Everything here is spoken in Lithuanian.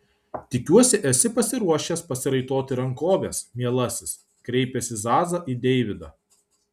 tikiuosi esi pasiruošęs pasiraitoti rankoves mielasis kreipėsi zaza į deividą